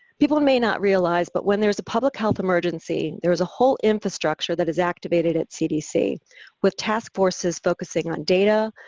people may not realize, but when there's a public health emergency there's a whole infrastructure that is activated at cdc with task forces focusing on data,